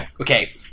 Okay